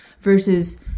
versus